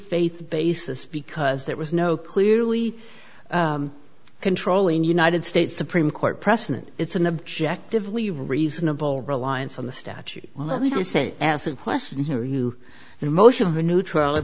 faith basis because there was no clearly control in united states supreme court precedent it's an objective leave reasonable reliance on the statute well let me just say as a question here are you in motion of a neutral